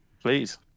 please